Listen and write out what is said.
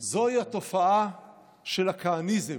זוהי התופעה של הכהניזם.